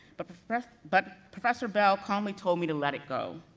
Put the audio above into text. but professor but professor bell calmly told me to let it go,